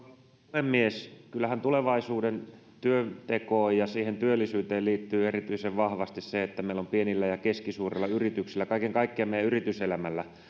puhemies kyllähän tulevaisuuden työntekoon ja työllisyyteen liittyy erityisen vahvasti se että meillä on pienillä ja keskisuurilla yrityksillä kaiken kaikkiaan meidän yrityselämällä